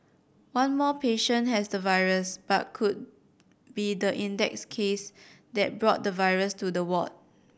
one more patient has the virus but could be the index case that brought the virus to the ward